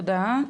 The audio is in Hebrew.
תודה.